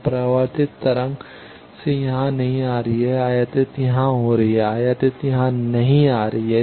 तो परावर्तित तरंग से यहाँ नहीं आ रही है आयातित यहाँ आ रही है आयातित यहाँ नहीं आ रही है